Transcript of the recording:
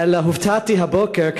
אלא הופתעתי הבוקר,